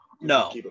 No